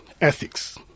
ethics